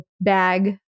bag